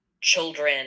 Children